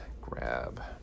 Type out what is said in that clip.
grab